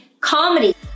comedy